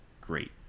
great